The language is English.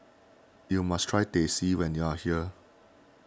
you must try Teh C when you are here